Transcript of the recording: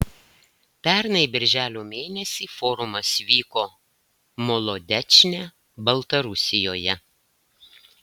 pernai birželio mėnesį forumas vyko molodečne baltarusijoje